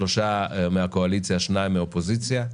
שלושה מהקואליציה, שניים מהאופוזיציה.